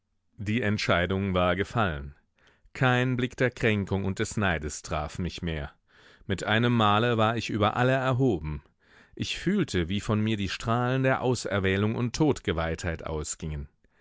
die entscheidung war gefallen kein blick der kränkung und des neides traf mich mehr mit einem male war ich über alle erhoben ich fühlte wie von mir die strahlen der auserwählung und todgeweihtheit ausgingen